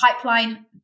pipeline